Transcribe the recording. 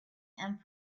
and